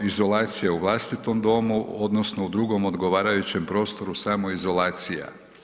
Izolacija u vlastitom domu odnosno u drugom odgovarajućem prostoru samoizolacija.